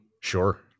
sure